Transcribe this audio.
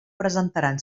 presentaran